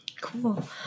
Cool